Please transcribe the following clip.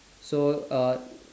so uh